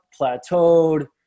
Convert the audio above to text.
plateaued